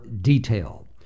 detail